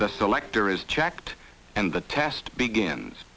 the selector is checked and the test begins